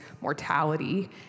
mortality